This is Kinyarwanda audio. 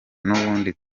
nubundi